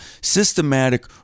systematic